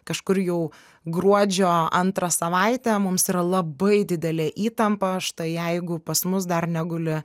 kažkur jau gruodžio antrą savaitę mums yra labai didelė įtampa štai jeigu pas mus dar negul